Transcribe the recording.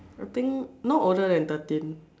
I think not older than thirteen